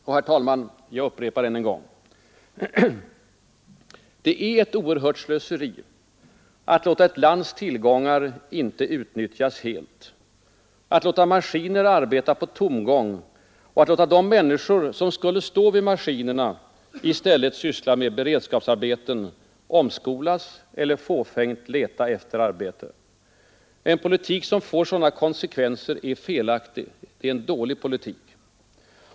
Och jag upprepar: det är ett oerhört slöseri att låta ett lands tillgångar inte utnyttjas helt, att låta maskiner arbeta på tomgång, att låta de människor, som skulle stå vid maskinerna, i stället syssla med beredskapsarbeten, omskolas eller fåfängt leta efter arbete. En politik som får sådana konsekvenser är felaktig och dålig.